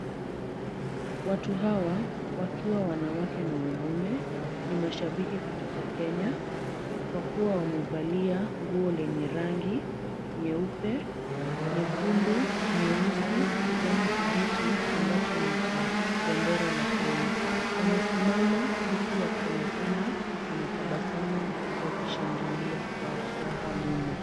Watu hawa wakiwa wanawake na wanaume, ni mashabiki kutoka Kenya, kwa kuwa wamevalia nguo lenye rangi nyeupe, nyekundu, nyeusi, kijani kibichi, ambacho ni cha bendera la Kenya. Wamesimama huku wakionekana wana tabasamu wakishangilia kwa furaha mno.